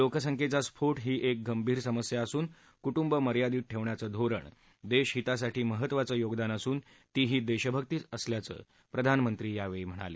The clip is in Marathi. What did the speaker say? लोकसंख्येचा स्फोट हा एक गंभीर प्रश्न असून कुटुंब मर्यादित ठेवण्याचे धोरण देशहितासाठी महत्त्वाचे योगदानअसून तीही देशभक्तीच असल्याचं प्रधानमंत्री यावेळी म्हणाले